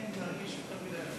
אנחנו צריכים להוסיף בסדר-היום,